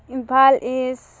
Imphal ꯏꯁ